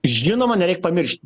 žinoma nereik pamiršt